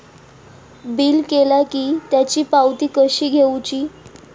Bill केला की त्याची पावती कशी घेऊची?